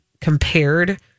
compared